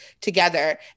together